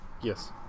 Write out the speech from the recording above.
Yes